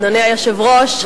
אדוני היושב-ראש,